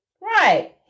Right